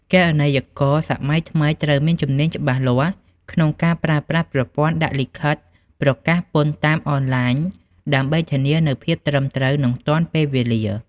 គណនេយ្យករសម័យថ្មីត្រូវមានជំនាញច្បាស់លាស់ក្នុងការប្រើប្រាស់ប្រព័ន្ធដាក់លិខិតប្រកាសពន្ធតាមអនឡាញ ដើម្បីធានានូវភាពត្រឹមត្រូវ និងទាន់ពេលវេលា។